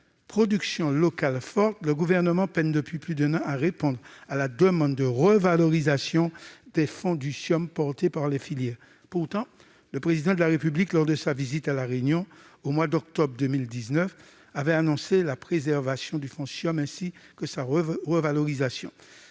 production locale forte, le Gouvernement peine depuis plus d'un an à répondre à la demande de revalorisation des fonds du CIOM qui émane des filières. Pourtant, le Président de la République, lors de sa visite à La Réunion, au mois d'octobre 2019, avait annoncé la préservation du fonds CIOM, ainsi que sa revalorisation.